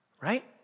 right